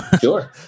sure